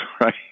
right